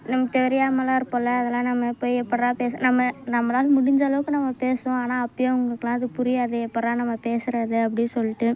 நமக்கு தெரியாமலாம் இருப்போம்ல அதுலாம் நம்ம போய் எப்படிரா பேச நம்ம நம்மளால் முடிஞ்ச அளவுக்கு நம்ம பேசுவோம் ஆனால் அப்போயும் அவங்களுக்கலா அது புரியாது எப்படிரா நம்ம பேசுறது அப்படி சொல்லிட்டு